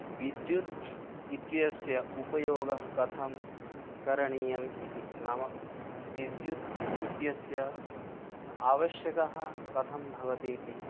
विद्युत् इत्यस्य उपयोगः कथं करणीयम् इति नाम विद्युत् इत्यस्य आवश्यकता कथं भवति इति